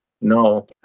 No